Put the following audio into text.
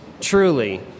Truly